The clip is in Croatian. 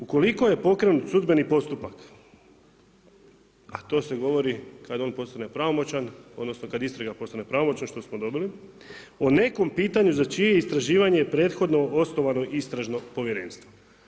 Ukoliko je pokrenut sudbeni postupak a to se govori kada on postane pravomoćan, odnosno kad istraga postane pravomoćna što smo dobili o nekom pitanju za čije istraživanje je prethodno osnovano istražno povjerenstvo.